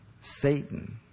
Satan